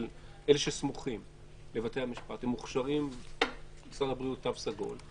של אלה שסמוכים לבתי המשפט הם מוכשרים לתו סגול,